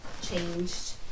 changed